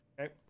Okay